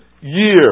year